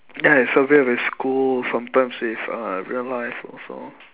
yes with school sometimes with uh real life also